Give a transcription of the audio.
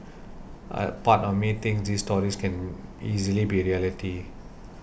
a part of me thinks these stories can easily be reality